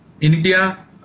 India